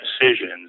decisions